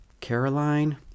Caroline